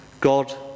God